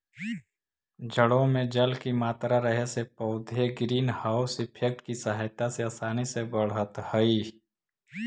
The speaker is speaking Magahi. जड़ों में जल की मात्रा रहे से पौधे ग्रीन हाउस इफेक्ट की सहायता से आसानी से बढ़त हइ